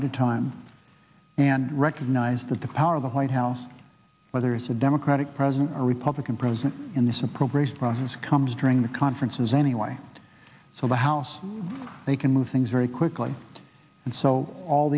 a time and recognize that the power of the white house whether it's a democratic president or a republican president in this appropriation process comes during the conferences anyway so the house they can move things very quickly and so all